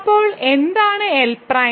അപ്പോൾ എന്താണ് L prime